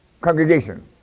congregation